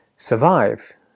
survive